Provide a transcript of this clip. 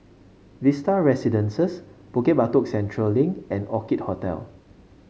Vista Residences Bukit Batok Central Link and Orchid Hotel